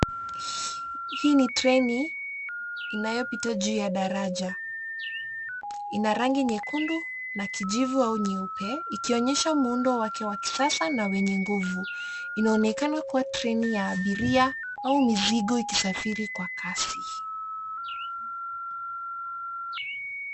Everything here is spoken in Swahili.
Hii ni treni inayopita juu ya daraja. Ina rangi nyekundu na kijivu au nyeupe, ikionyesha muundo wake wa kisasa na wenye nguvu. Inaonekana kua treni ya abiria au mizigo ikisafiri kwa kasi.